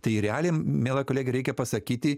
tai realiai miela kolege reikia pasakyti